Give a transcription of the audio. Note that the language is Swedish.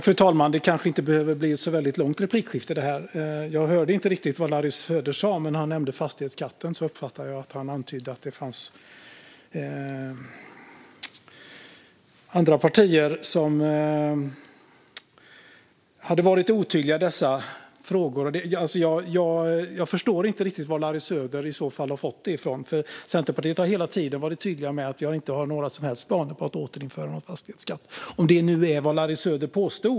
Fru talman! Det här behöver kanske inte bli ett så långt replikskifte. Jag hörde inte riktigt vad Larry Söder sa, men han nämnde fastighetsskatten och antydde att det finns partier som har varit otydliga i denna fråga. Jag förstår inte vad Larry Söder har fått det ifrån, för vi i Centerpartiet har hela tiden varit tydliga med att vi inte har några som helst planer på att återinföra fastighetsskatten - om det nu är vad Larry Söder påstår.